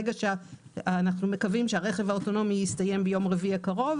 אנו מקווים שהרכב האוטונומי יסתיים ביום רביעי הקרוב